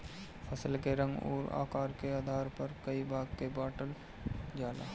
फसल के रंग अउर आकार के आधार पर कई भाग में बांटल जाला